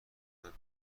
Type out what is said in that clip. میاد